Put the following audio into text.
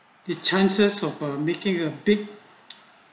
you chances of making a big